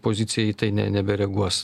pozicija į tai ne nebereaguos